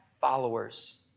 followers